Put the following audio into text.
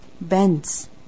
bends